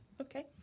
Okay